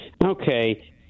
Okay